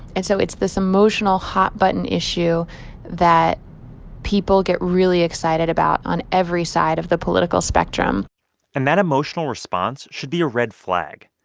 and so it's this emotional, hot-button issue that people get really excited about on every side of the political spectrum and that emotional response should be a red flag.